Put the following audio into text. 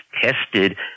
tested